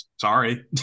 Sorry